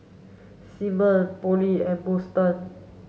Simeon Polly and Boston